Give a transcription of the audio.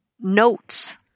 notes